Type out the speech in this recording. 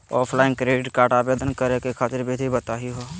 Offline credit card आवेदन करे खातिर विधि बताही हो?